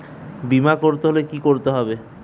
বিমা করতে হলে কি করতে হবে?